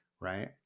right